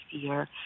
fear